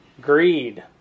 greed